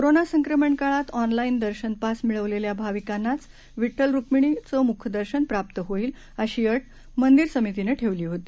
corona संक्रमण काळात online दर्शन पास मिळवलेल्या भविकांनाच विठ्ठल रुक्मिणीचं मुखदर्शन प्राप्त होईल अशी अट मंदिर समितीनं ठेवली होती